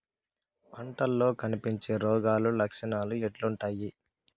పంటల్లో కనిపించే రోగాలు లక్షణాలు ఎట్లుంటాయి?